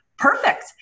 Perfect